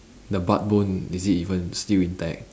the butt bone is it even still intact